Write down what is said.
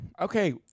Okay